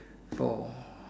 four